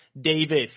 Davis